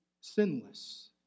sinless